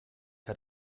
hat